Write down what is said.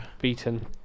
beaten